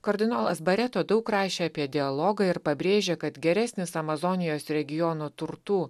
kardinolas bareto daug rašė apie dialogą ir pabrėžė kad geresnis amazonijos regiono turtų